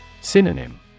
Synonym